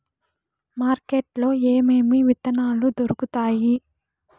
market లో ఏమేమి విత్తనాలు దొరుకుతాయి